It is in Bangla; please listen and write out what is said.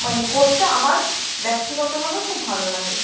মানে করতে আমার ব্যক্তিগতভাবে খুব ভালো লাগে